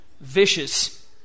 vicious